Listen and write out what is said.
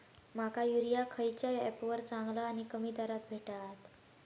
माका युरिया खयच्या ऍपवर चांगला आणि कमी दरात भेटात?